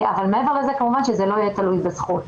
אבל מעבר לזה כמובן שזה לא יהיה תלוי בזכות.